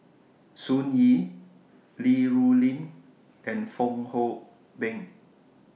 Sun Yee Li Rulin and Fong Hoe Beng